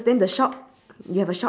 then the shop you have a shop